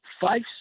Fife